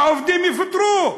העובדים יפוטרו.